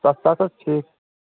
سَتھ ساس حظ چھِ ٹھیٖک